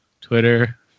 Twitter